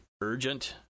urgent